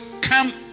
come